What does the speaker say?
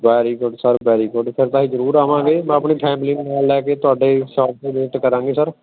very good sir very good sir ਫਿਰ ਤਾਂ ਅਸੀਂ ਜ਼ਰੂਰ ਆਵਾਂਗੇ ਮੈਂ ਆਪਣੇ ਫੈਮਲੀ ਨਾਲ ਲੈ ਕੇ ਤੁਹਾਡੇ ਸ਼ੋਪ 'ਤੇ ਵਿਜਿਟ ਕਰਾਂਗੇ ਸਰ